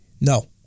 No